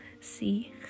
see